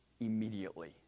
immediately